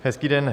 Hezký den.